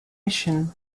mission